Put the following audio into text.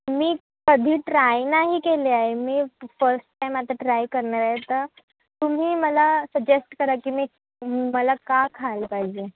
मी कधी ट्राय नाही केलं आहे मी फ फस्टाईम आता ट्राय करणार आहे तर तुम्ही मला सजेस्ट करा की मी मला काय खायला पाहिजे